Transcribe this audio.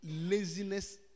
laziness